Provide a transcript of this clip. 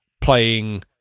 playing